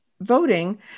voting